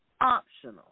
optional